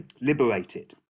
liberated